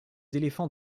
éléphants